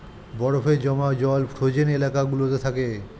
বরফে জমা জল ফ্রোজেন এলাকা গুলোতে থাকে